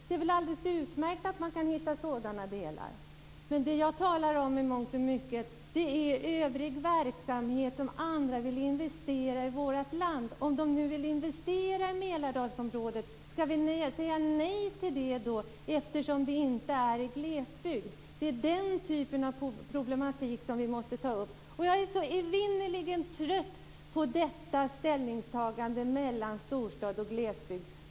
Det är alldeles utmärkt att man kan hitta sådant. Jag talar i mångt och mycket om övrig verksamhet som andra vill investera i vårt land. Skall vi säga nej till dem som vill investera i Mälardalsområdet, eftersom det inte är glesbygd? Vi måste ta upp den problematiken. Jag är så trött på detta evinnerliga ställningstagande när det gäller storstad och glesbygd.